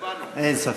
אין ספק.